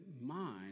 mind